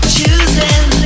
Choosing